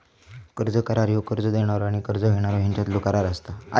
कर्ज करार ह्यो कर्ज देणारो आणि कर्ज घेणारो ह्यांच्यातलो करार असता